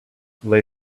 lay